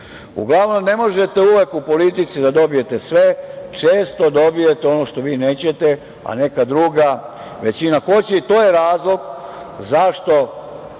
Uglavnom, ne možete uvek u politici da dobijete sve, često dobijete ono što vi nećete, a neka druga većina hoće i to je razlog zašto